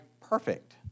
perfect